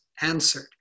answered